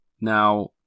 now